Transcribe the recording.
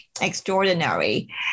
extraordinary